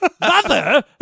Mother